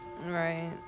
Right